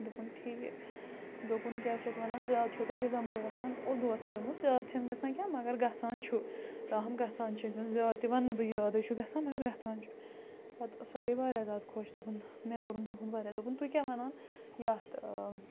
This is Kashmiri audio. دوٚپُن ٹھیٖک دوٚپُن کیٛاہ چھِ اَتھ وَنان زیادٕ چھو تۄہہِ رِزَمبٕل گژھان اُردُوَس سۭتۍ دوٚپمَس زیادٕ چھَنہٕ گژھان کیٚنٛہہ مگر گژھان چھُ تاہَم گژھان چھِ زیادٕ تہِ وَنٛنہٕ بہٕ زیادَے چھُ گژھان مگر گژھان چھُ پَتہٕ سۄ گٔے واریاہ زیادٕ خۄش دوٚپُن مےٚ کوٚرُن تُہُنٛد واریاہ دوٚپُن تُہۍ کیٛاہ وَنان یَتھ